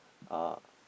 uh